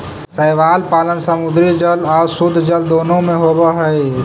शैवाल पालन समुद्री जल आउ शुद्धजल दोनों में होब हई